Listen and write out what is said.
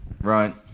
right